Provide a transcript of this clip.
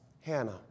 Hannah